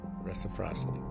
reciprocity